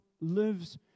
lives